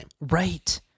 right